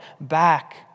back